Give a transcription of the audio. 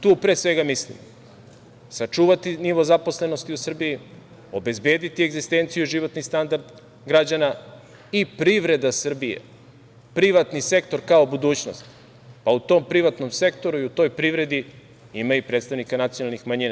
Tu, pre svega, mislim – sačuvati nivo zaposlenosti u Srbiji, obezbediti egzistenciju i životni standard građana i privreda Srbije, privatni sektor kao budućnost, pa u tom privatnom sektoru i u toj privredi ima i predstavnika nacionalnih manjina.